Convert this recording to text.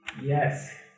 Yes